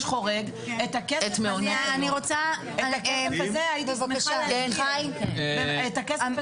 חורג את הכסף הזה הייתי שמחה להשקיע במקומות אחרים.